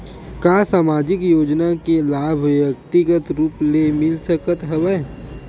का सामाजिक योजना के लाभ व्यक्तिगत रूप ले मिल सकत हवय?